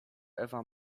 ewa